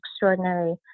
extraordinary